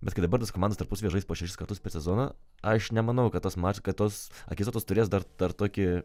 bet kai dabar tos komandos tarpusavyje žais po šešis kartus per sezoną aš nemanau kad tas mačas kad tos akistatos turės dar dar tokį